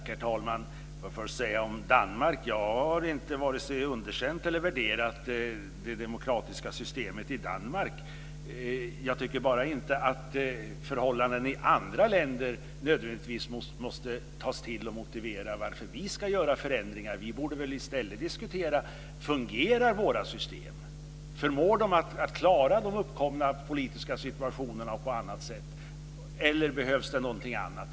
Herr talman! Jag vill först säga att jag varken har underkänt eller värderat det demokratiska systemet i Danmark. Jag tycker bara inte att förhållanden i andra länder nödvändigtvis måste tas till för att motivera att vi ska göra förändringar. Vi borde väl i stället diskutera om våra system fungerar, om de förmår att klara de uppkomna politiska situationerna eller om det behövs någonting annat.